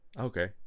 okay